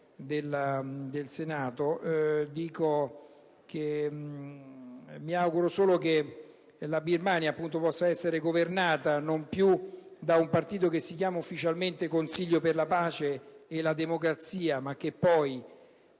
ammirevole. Mi auguro che la Birmania possa essere governata non più da un partito che si chiama ufficialmente Consiglio per la pace e la democrazia, ma che poi,